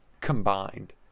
combined